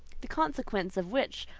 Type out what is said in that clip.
the consequence of which,